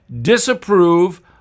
disapprove